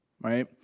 right